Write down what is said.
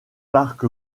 parc